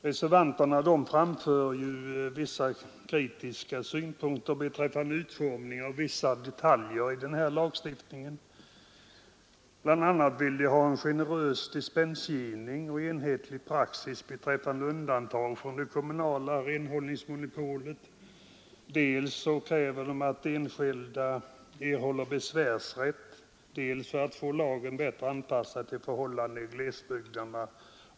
Reservanterna framför vissa synpunkter på utformningen av en del detaljer i den här lagstiftningen. Bl. a. vill de ha generös dispensgivning och enhetlig praxis beträffande undantag från det kommunala renhållningsmonopolet. De kräver att enskilda erhåller besvärsrätt och att lagen blir bättre anpassad till förhållandena i glesbygderna.